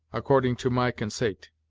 according to my consait.